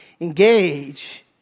engage